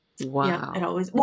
Wow